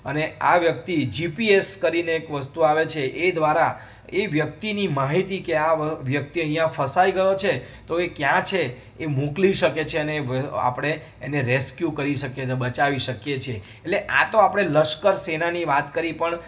અને આ વ્યક્તિ જીપીએસ કરીને એક વસ્તુ આવે છે એ દ્વારા એ વ્યક્તિની માહિતી કે આ વ વ્યક્તિ અહીંયાં ફસાઈ ગયો છે તો એ ક્યાં છે એ મોકલી શકે છે અને એ આપણે એને રેસ્ક્યૂ કરી શકીએ છે બચાવી શકીએ છીએ એટલે આતો આપણે લશ્કર સેનાની વાત કરી પણ